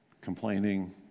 complaining